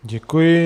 Děkuji.